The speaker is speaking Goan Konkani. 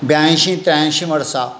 ब्यांयशी त्र्यांयशी वर्सा